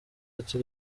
ati